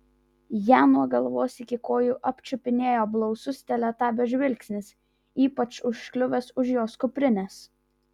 ją nuo galvos iki kojų apčiupinėjo blausus teletabio žvilgsnis ypač užkliuvęs už jos kuprinės